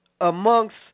Amongst